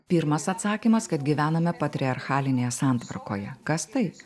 pirmas atsakymas kad gyvename patriarchalinėje santvarkoje kas tai